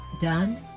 done